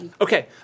Okay